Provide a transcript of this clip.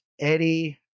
Eddie